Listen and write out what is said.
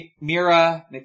Mira